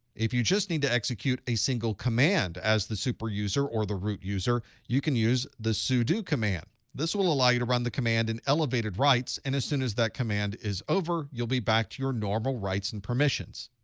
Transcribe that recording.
if you just need to execute a single command as the super user or the root user, you can use the sudo command. this will allow you to run the command in elevated rights, and as soon as that command is over, you'll be back to your normal rights and permissions.